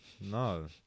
No